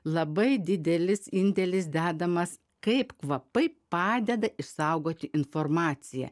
labai didelis indėlis dedamas kaip kvapai padeda išsaugoti informaciją